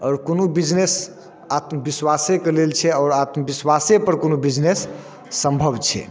आओर कोनो बिजनेस आत्मविश्वासेके लेल छै आओर आत्म विश्वासेपर कोनो बिजनेस सम्भव छै